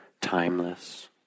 timeless